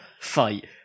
fight